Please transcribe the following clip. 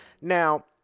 now